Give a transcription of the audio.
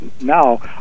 now